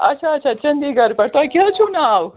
اَچھا اَچھا چنٛدی گڑھ پٮ۪ٹھ تۄہہِ کیٛاہ حظ چھُو ناو